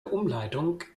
umleitung